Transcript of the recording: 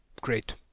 great